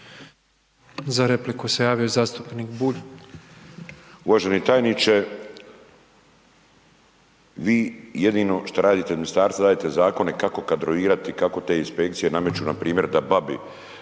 Za repliku se javio zastupnik Bulj. **Bulj, Miro (MOST)** Uvaženi tajniče. Vi jedino što radite u ministarstvu, radite zakone kako kadrovirati, kako te inspekcije nameću npr. da babi